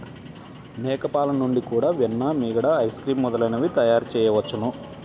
మేక పాలు నుండి కూడా వెన్న, మీగడ, ఐస్ క్రీమ్ మొదలైనవి తయారుచేయవచ్చును